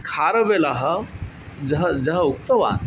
खारवेलः यः यः उक्तवान्